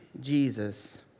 Jesus